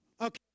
okay